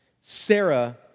Sarah